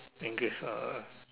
engage lah ah